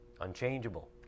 unchangeable